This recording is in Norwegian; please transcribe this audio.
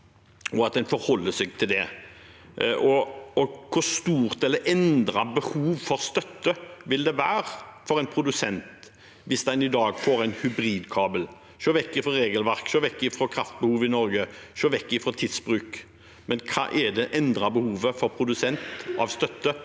hvor stort eller hvor endret behov for støtte vil det være for en produsent hvis en i dag får en hybridkabel? Se vekk fra regelverk, se vekk fra kraftbehov i Norge, se vekk fra tidsbruk. Hva er det endrede behovet for støtte